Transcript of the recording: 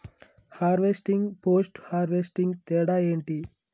Harvesting, post harvesting తేడా ఏంటి?